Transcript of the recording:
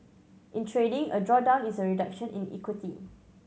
in trading a drawdown is a reduction in equity